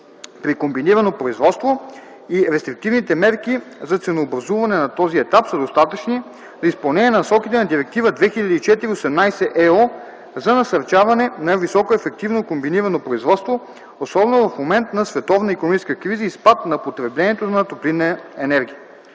при комбинирано производство и рестриктивните мерки за ценообразуване на този етап са достатъчни за изпълнение на насоките на Директива 2004/8/ЕО за насърчаване на високоефективно комбинирано производство, особено в момент на световна икономическа криза и спад на потреблението на топлинна енергия.